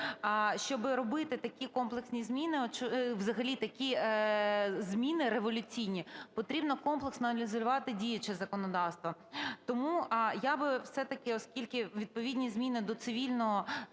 щоби робити такі комплексні зміни, взагалі такі зміни революційні, потрібно комплексно аналізувати діюче законодавство. Тому я би все-таки, оскільки відповідні зміни до цивільного